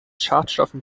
schadstoffen